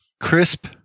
crisp